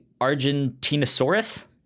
Argentinosaurus